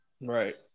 Right